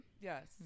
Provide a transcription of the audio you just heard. Yes